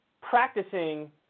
practicing